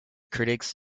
critics